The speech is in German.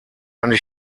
eine